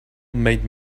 made